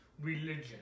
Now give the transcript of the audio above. religion